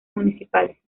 municipales